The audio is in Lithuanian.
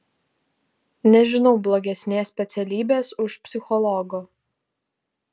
nežinau blogesnės specialybės už psichologo